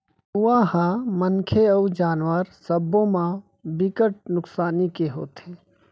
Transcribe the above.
धुंआ ह मनखे अउ जानवर सब्बो म बिकट नुकसानी के होथे